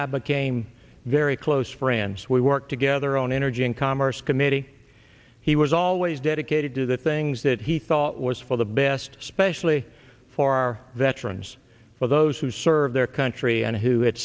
i became very close friends we worked together on energy and commerce committee he was always dedicated to the things that he thought was for the best especially for our veterans for those who served their country and who